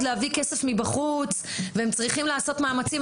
להביא כסף מבחוץ והם צריכים לעשות מאמצים.